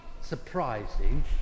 Surprising